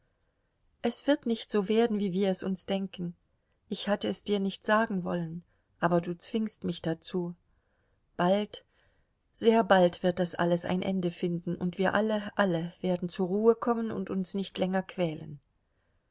es wird nicht so werden wie wir es uns denken ich hatte es dir nicht sagen wollen aber du zwingst mich dazu bald sehr bald wird das alles ein ende finden und wir alle alle werden zur ruhe kommen und uns nicht länger quälen